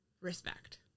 respect